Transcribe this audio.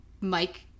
mike